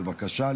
בבקשה.